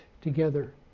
together